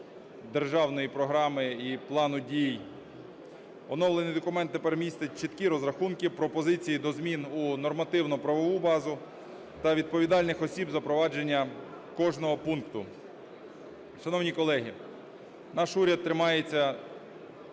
державної програми і плану дій. Оновлений документ тепер містить чіткі розрахунки, пропозиції до змін у нормативно-правову базу та відповідальних осіб за впровадження кожного пункту. Шановні колеги, наш уряд тримається